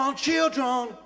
Children